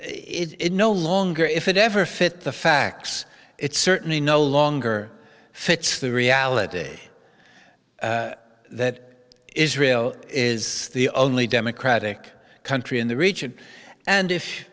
and it no longer if it ever fit the facts it certainly no longer fits the reality that israel is the only democratic country in the region and if